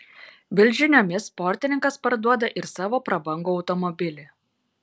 bild žiniomis sportininkas parduoda ir savo prabangų automobilį